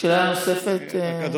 שאלה נוספת לסגן השר.